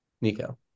Nico